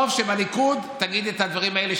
טוב שבליכוד תגידי את הדברים האלה,